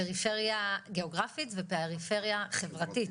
פריפריה גיאוגרפית ופריפריה חברתית,